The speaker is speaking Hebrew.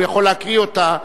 הוא יכול להקריא אותו,